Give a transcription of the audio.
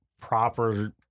proper